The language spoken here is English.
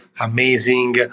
amazing